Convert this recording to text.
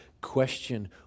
question